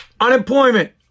Unemployment